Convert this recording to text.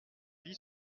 vis